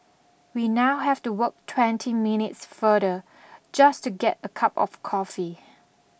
we now have to walk twenty minutes further just to get a cup of coffee